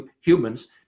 humans